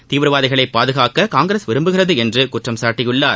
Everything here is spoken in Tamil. தீவிரவாதிகளை பாதுகாக்க காங்கிரஸ் விரும்புகிறது என்று குற்றம் சாட்டியுள்ளார்